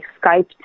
skyped